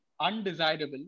undesirable